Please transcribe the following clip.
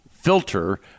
filter